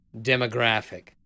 demographic